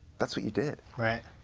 that's what you did. right.